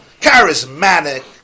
charismatic